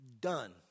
done